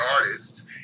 artists